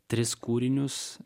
tris kūrinius